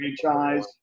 franchise